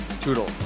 toodle